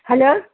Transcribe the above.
hello